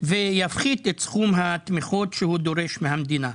יפחית את סכום התמיכות שהוא דורש מהמדינה.